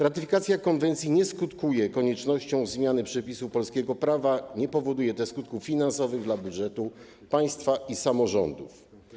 Ratyfikacja konwencji nie skutkuje koniecznością zmiany przepisów polskiego prawa, nie powoduje też skutków finansowych dla budżetu państwa i samorządów.